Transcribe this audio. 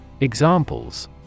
Examples